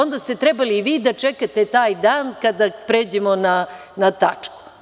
Onda ste trebali vi da čekate taj dan kada pređemo na tačku.